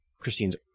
Christine's